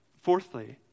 Fourthly